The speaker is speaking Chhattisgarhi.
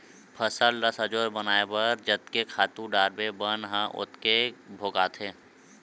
फसल ल सजोर बनाए बर जतके खातू डारबे बन ह ओतके भोगाथे